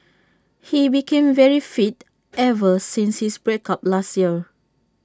he became very fit ever since his break up last year